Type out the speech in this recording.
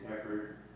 effort